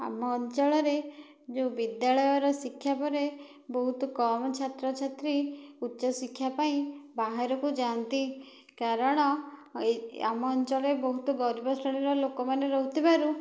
ଆମ ଅଞ୍ଚଳରେ ଯେଉଁ ବିଦ୍ୟାଳୟର ଶିକ୍ଷା ପରେ ବହୁତ କମ୍ ଛାତ୍ରଛାତ୍ରୀ ଉଚ୍ଚଶିକ୍ଷା ପାଇଁ ବାହାରକୁ ଯାଆନ୍ତି କାରଣ ଏଇ ଆମ ଅଞ୍ଚଳରେ ବହୁତ ଗରିବ ଶ୍ରେଣୀର ଲୋକମାନେ ରହୁଥିବାରୁ